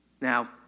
Now